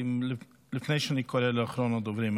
לפני שאני קורא לאחרון הדוברים,